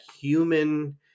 human